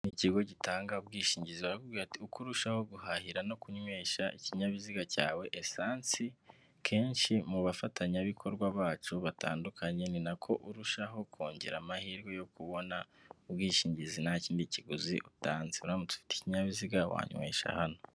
Ikigo gitanga ubwishingizi, barakubwira bati uko urushaho guhahira no kunywesha ikinyabiziga cyawe esansi kenshi, mu bafatanyabikorwa bacu batandukanye, ni nako urushaho kongera amahirwe yo kubona ubwishingizi nta kindi kiguzi utanze, uramutse ufite ikinyabiziga wanywesha hano.